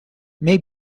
may